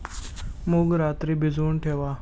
मूग रात्री भिजवून ठेवा